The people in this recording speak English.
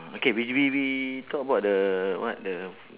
okay we we we talk about the what the